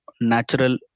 natural